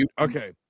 okay